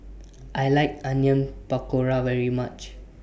I like Onion Pakora very much